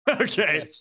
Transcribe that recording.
Okay